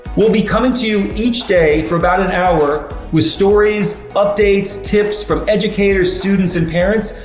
we'll be coming to you each day for about an hour with stories, updates, tips from educators, students and parents.